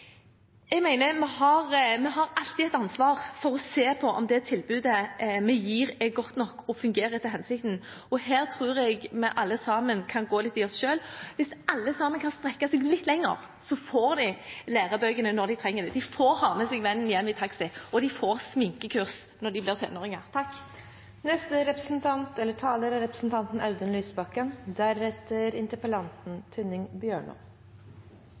Jeg mener vi alltid har et ansvar for å se på om det tilbudet vi gir, er godt nok og fungerer etter hensikten. Her tror jeg vi alle sammen kan gå litt i oss selv. Hvis alle sammen kan strekke seg litt lenger, får de lærebøkene når de trenger dem, de får ha med seg vennen hjem i taxi, og de får sminkekurs når de blir